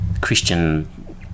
Christian